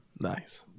Nice